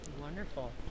Wonderful